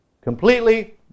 Completely